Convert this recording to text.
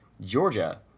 Georgia